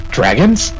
Dragons